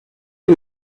are